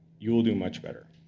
you will do much better,